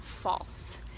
false